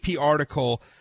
article